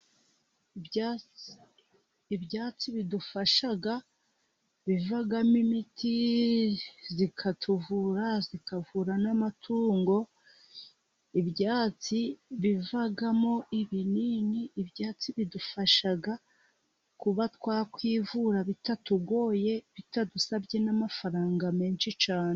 Ibyatsi bidufasha byinshi bivamo: imiti ikatuvura, ikavura n' amatungo, ibyatsi bivamo ibinini, ibyatsi bidufasha kuba twakwivura bitatugoye bitadusabye n' amafaranga menshi cyane.